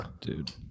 dude